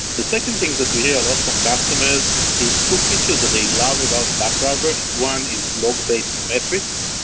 the second things that we hear a lot from customers is two features that they love about stackdriver is one is log-based metrics,